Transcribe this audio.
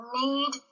need